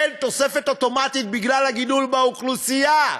תוספת אוטומטית בגלל הגידול באוכלוסייה.